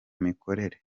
mikorere